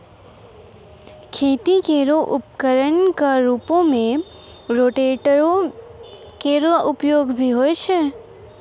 खेती केरो उपकरण क रूपों में रोटेटर केरो उपयोग भी होय छै